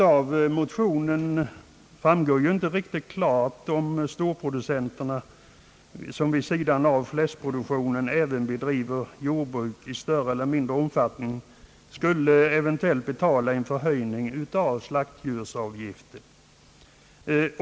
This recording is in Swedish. Av motionerna framgår inte riktigt klart, om storproducenterna, som vid sidan av fläskproduktionen även bedriver jordbruk i större eller mindre omfattning, skulle eventuellt betala en förhöjning av slaktdjursavgiften.